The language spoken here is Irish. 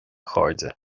chairde